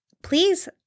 Please